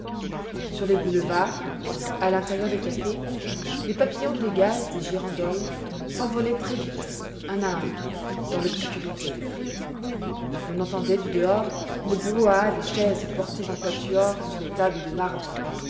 sur les boulevards à l'intérieur des cafés les papillons de gaz des girandoles s'envolaient très vite un à un dans l'obscurité l'on entendait du dehors le brouhaha des chaises portées en quatuors sur les tables de marbre